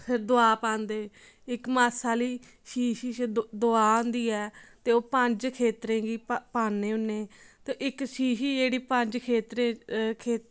फिर दवा पांदे इक मासा हारी शीशी च दवा होंदी ऐ ते ओह् पंज खेत्तरें गी पान्ने होन्नें ते इक शीशी जेह्ड़ी पंज खेत्तरें खे